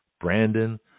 Brandon